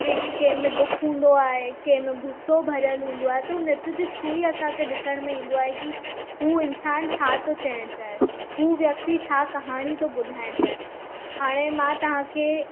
के कंहिंमें दुख हूंदो आहे कंहिंमें गुसो भरियलु हूंदो आहे त हू नृत्य जे थ्रू ई असांखे ॾिसणु ईंदो आहे की हू इंसान छा थो चवणु चाहे हू व्यक्ती छा कहाणी थो ॿुधाइणु चाहे हाणे मां तव्हांखे